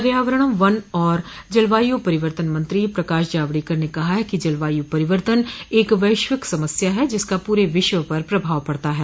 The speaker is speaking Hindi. पर्यावरण वन और जलवायु परिवर्तन मंत्री प्रकाश जावड़ेकर ने कहा है कि जलवायु परिवर्तन एक वैश्विक समस्या है जिसका पूरे विश्व पर प्रभाव पड़ता है